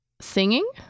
singing